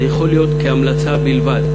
שזה יכול להיות כהמלצה בלבד.